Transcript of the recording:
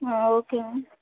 okay ma'am